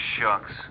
shucks